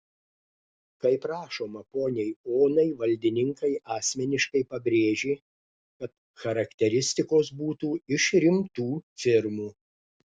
kaip rašoma poniai onai valdininkai asmeniškai pabrėžė kad charakteristikos būtų iš rimtų firmų